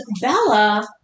Bella